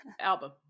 Album